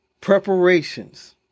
preparations